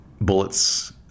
Bullets